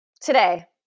today